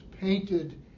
painted